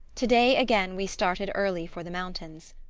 today again we started early for the mountains.